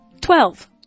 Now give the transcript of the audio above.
Twelve